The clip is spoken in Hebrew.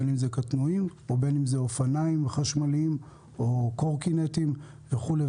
בין אם אלה קטנועים או בין אם אלה אופניים חשמליים או קורקינטים וכולי.